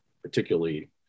particularly